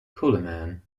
coleman